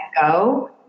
go